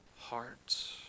heart